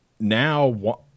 now